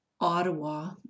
Ottawa